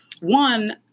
One